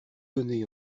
donnez